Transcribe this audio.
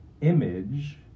image